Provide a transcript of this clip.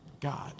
God